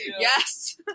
Yes